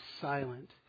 silent